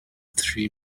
three